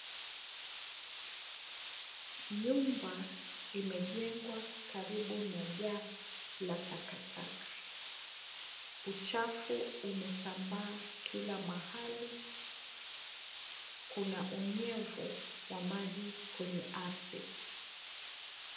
Nyumba imejengwa karibu na jaa la takataka. Uchafu umesambaa kila mahali. Kuna unyevu wa maji kwenye ardhi.